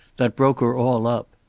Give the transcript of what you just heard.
that broke her all up.